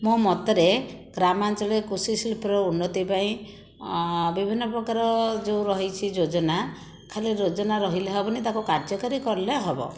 ମୋ ମତରେ ଗ୍ରାମାଞ୍ଚଳରେ କୃଷି ଶିଳ୍ପର ଉନ୍ନତି ପାଇଁ ବିଭିନ୍ନ ପ୍ରକାର ଯେଉଁ ରହିଛି ଯୋଜନା ଖାଲି ଯୋଜନା ରହିଲେ ହବନି ତାକୁ କାର୍ଯ୍ୟକାରୀ କଲେ ହେବ